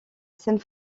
scène